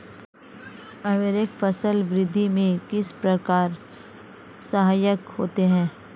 उर्वरक फसल वृद्धि में किस प्रकार सहायक होते हैं?